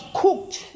cooked